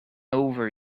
over